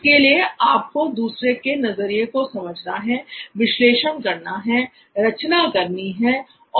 इसके लिए आपको दूसरे के नजरिए को समझना है विश्लेषण करना है रचना करनी है और फिर परीक्षण करना है